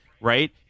right